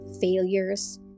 failures